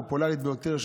הפופולרית ביותר,